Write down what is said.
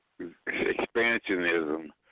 expansionism